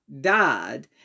died